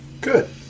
Good